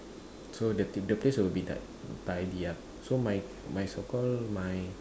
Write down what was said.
so the the place will be tidy up so so my so called my